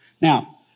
Now